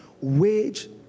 wage